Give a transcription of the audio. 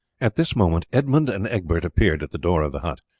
at this moment edmund and egbert appeared at the door of the hut.